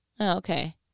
okay